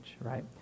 Right